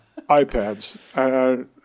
iPads